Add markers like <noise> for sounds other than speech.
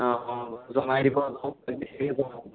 অ' জনাই দিব <unintelligible>